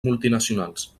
multinacionals